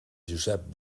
josep